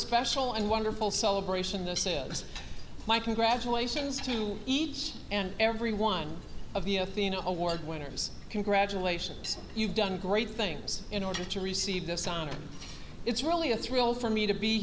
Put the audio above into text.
special and wonderful celebration this is my congratulations to each and every one of the athena award winners congratulations you've done great things in order to receive this honor it's really a thrill for me to be